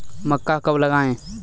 मक्का कब लगाएँ?